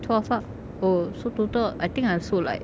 twelve ah oh so total I think I sold like